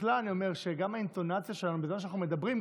בכלל אני אומר שגם האינטונציה שלנו בזמן שאנחנו מדברים,